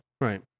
Right